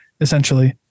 essentially